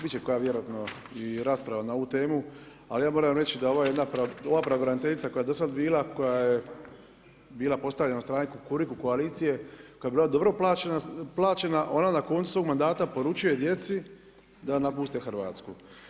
Bit će koja vjerojatno i rasprava na ovu temu, ali ja moram reći da je ovo jedna pravobraniteljica koja je dosad bila, koja je bila postavljena od strane Kukuriku koalicije, koja je bila dobro plaćena, ona na koncu mandata poručuje djecu da napuste Hrvatsku.